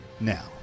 Now